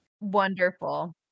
Wonderful